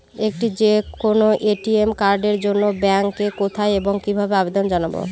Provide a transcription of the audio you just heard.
একটি যে কোনো এ.টি.এম কার্ডের জন্য ব্যাংকে কোথায় এবং কিভাবে আবেদন জানাব?